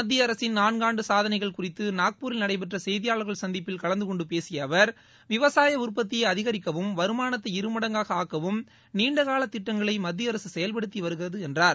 மத்திய அரசின் நான்காண்டு சாதனைகள் குறித்து நாக்பூரில் நடைபெற்ற செய்தியாளர்கள் சந்திப்பில் கலந்து கொண்டு பேசிய அவர் விவசாய உற்பத்தியை அதிகரிக்கவும் வருமானத்தை இருமடங்காக ஆக்கவும் நீண்டகால திட்டங்களை மத்திய அரசு செயல்படுத்தி வருகிறது என்றார்